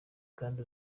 kandi